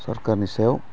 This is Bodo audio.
सरखारनि सायाव